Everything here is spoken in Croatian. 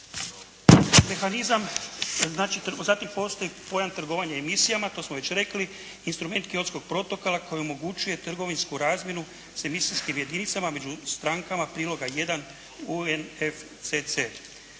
Mehanizam, zatim postoji pojam trgovanja emisijama, to smo već rekli. Instrument Kyotskog protokola koji omogućuje trgovinsku razmjenu sa emisijskim jedinicama među strankama priloga jedan UNFCC.